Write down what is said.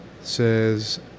says